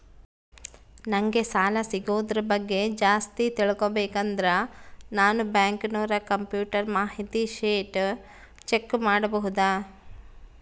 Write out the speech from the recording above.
ನಂಗೆ ಸಾಲ ಸಿಗೋದರ ಬಗ್ಗೆ ಜಾಸ್ತಿ ತಿಳಕೋಬೇಕಂದ್ರ ನಾನು ಬ್ಯಾಂಕಿನೋರ ಕಂಪ್ಯೂಟರ್ ಮಾಹಿತಿ ಶೇಟ್ ಚೆಕ್ ಮಾಡಬಹುದಾ?